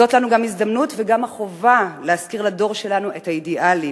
זאת לנו גם הזדמנות וגם חובה להזכיר לדור שלנו את האידיאלים,